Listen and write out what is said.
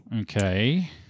Okay